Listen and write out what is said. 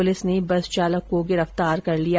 police ने bus चालक को गिरफ्तार कर लिया